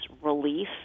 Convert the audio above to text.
relief